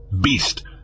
beast